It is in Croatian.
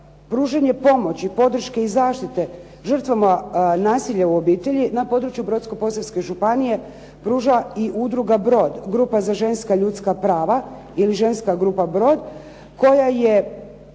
pružanje pomoći, podrške i zaštite žrtvama nasilja u obitelji na području Brodsko-posavske županije pruža i udruga "Brod", Grupa za ženska ljudska prava ili ženska grupa "Brod" koja je